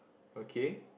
okay